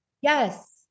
Yes